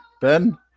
Ben